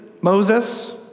Moses